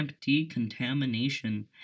decontamination